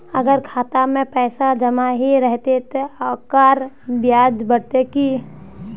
अगर खाता में पैसा जमा ही रहते ते ओकर ब्याज बढ़ते की?